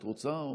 את רוצה?